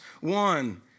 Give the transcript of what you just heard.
one